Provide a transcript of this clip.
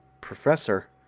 Professor